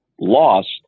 lost